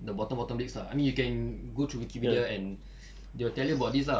the bottom bottom leagues lah I mean you can go through wikipedia and they will tell you about this lah